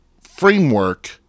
framework